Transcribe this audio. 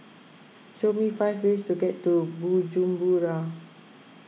show me five ways to get to Bujumbura